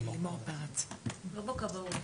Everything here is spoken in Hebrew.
לא בכבאות.